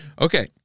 Okay